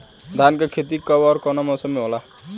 धान क खेती कब ओर कवना मौसम में होला?